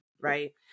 right